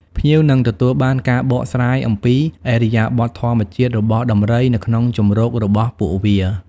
ភ្ញៀវនឹងទទួលបានការបកស្រាយអំពី ឥរិយាបថធម្មជាតិ របស់ដំរីនៅក្នុងជម្រករបស់ពួកវា។